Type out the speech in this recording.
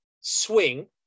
swing